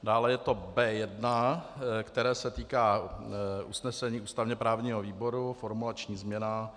Dále je to B1, které se týká usnesení ústavněprávního výboru, formulační změna.